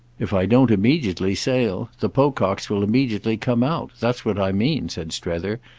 if i don't immediately sail the pococks will immediately come out. that's what i mean, said strether,